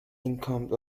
income